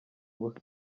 ubusa